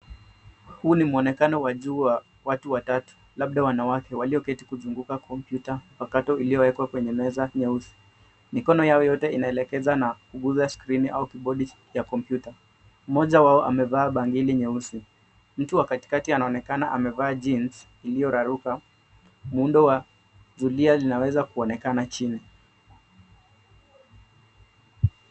Huu ni mwonekano wa juu wa watu watatu, labda wanawake walioketi kuzunguka komputa mpakato iliyowekwa kwenye meza nyeusi. Mikono yao yote inaelekeza na kugusa skrini au kibodi ya komputa. Mmoja wao amevaa bangili nyeusi. Mtu wa katikati anaonekana amevaa jeans, iliyoraruka, muundo wa zulia linaweza kuonekana chini.